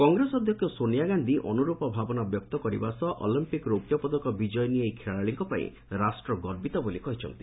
କଂଗ୍ରେସ ଅଧ୍ୟକ୍ଷ ସୋନିଆ ଗାନ୍ଧି ଅନୁର୍ପ ଭାବନା ବ୍ୟକ୍ତ କରିବା ସହ ଅଲିମ୍ପିକ୍ ରୌପ୍ୟ ପଦକ ବିଜୟିନୀ ଏହି ଖେଳାଳିଙ୍କ ପାଇଁ ରାଷ୍ଟ୍ର ଗର୍ବିତ ବୋଲି କହିଛନ୍ତି